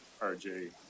RJ